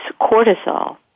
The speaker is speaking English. cortisol